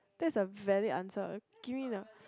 that's a valid answer give me the